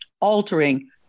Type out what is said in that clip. altering